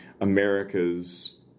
America's